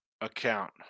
account